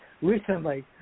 recently